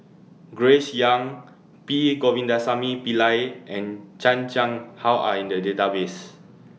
Grace Young P Govindasamy Pillai and Chan Chang How Are in The Database